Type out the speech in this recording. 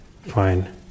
fine